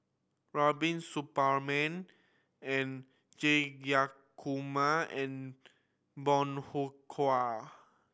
Rubiah Suparman and Jayakumar and Bong Hiong Hwa